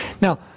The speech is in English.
Now